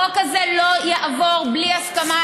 החוק הזה לא יעבור בלי הסכמה,